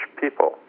people